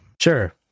Sure